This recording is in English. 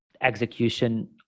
execution